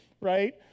Right